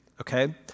Okay